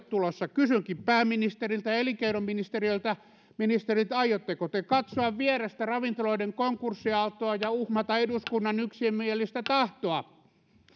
tulossa kysynkin pääministeriltä ja elinkeinoministeriltä ministerit aiotteko te katsoa vierestä ravintoloiden konkurssiaaltoa ja uhmata eduskunnan yksimielistä tahtoa